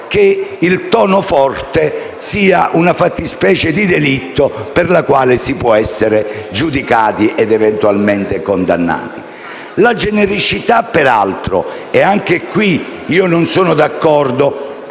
che il tono forte sia una fattispecie di delitto per la quale si può essere giudicati ed eventualmente condannati. Peraltro, non sono d'accordo